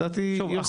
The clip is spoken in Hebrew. לדעתי, היא עושה.